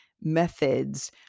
methods